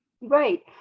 Right